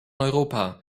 europa